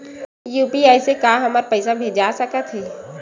UPI से का हमर पईसा भेजा सकत हे?